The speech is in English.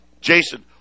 Jason